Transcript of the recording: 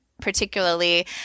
particularly